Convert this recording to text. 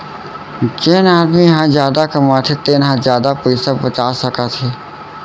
जेन आदमी ह जादा कमाथे तेन ह जादा पइसा बचा सकत हे